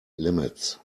limits